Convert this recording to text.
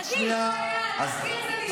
תחקיר זה נשמת אפו של הצבא.